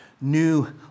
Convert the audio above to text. new